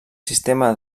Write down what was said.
sistema